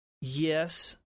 yes